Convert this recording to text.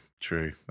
True